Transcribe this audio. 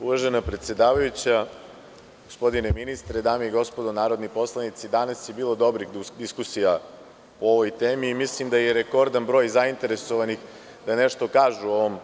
Uvažena predsedavajuća, gospodine ministre, dame i gospodo narodni poslanici, danas je bilo dobrih diskusija o ovoj temi i mislim da je rekordan broj zainteresovanih da nešto kažu o ovom